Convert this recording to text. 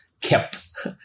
Kept